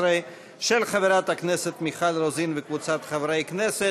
חברי הכנסת,